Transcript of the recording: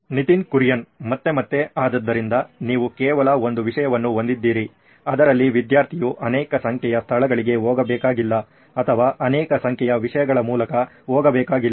ನಿತಿನ್ ಕುರಿಯನ್ ಮತ್ತೆ ಮತ್ತೆ ಆದ್ದರಿಂದ ನೀವು ಕೇವಲ ಒಂದು ವಿಷಯವನ್ನು ಹೊಂದಿದ್ದೀರಿ ಅದರಲ್ಲಿ ವಿದ್ಯಾರ್ಥಿಯು ಆನೇಕ ಸಂಖ್ಯೆಯ ಸ್ಥಳಗಳಿಗೆ ಹೋಗಬೇಕಾಗಿಲ್ಲ ಅಥವಾ ಆನೇಕ ಸಂಖ್ಯೆಯ ವಿಷಯಗಳ ಮೂಲಕ ಹೋಗಬೇಕಾಗಿಲ್ಲ